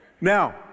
Now